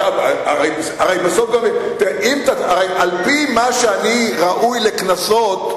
הרי על-פי מה שאני ראוי לקנסות,